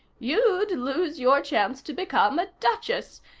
you'd lose your chance to become a duchess,